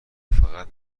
فقط